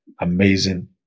amazing